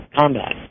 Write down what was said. combat